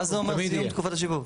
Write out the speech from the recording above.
מה זה אומר סיום תקופת השיבוב?